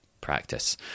practice